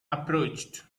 approached